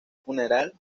funeral